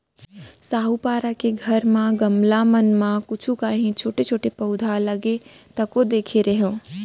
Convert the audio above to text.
साहूपारा के घर म गमला मन म कुछु कॉंहीछोटे छोटे पउधा लगे तको देखे रेहेंव